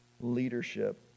leadership